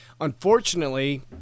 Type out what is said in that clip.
Unfortunately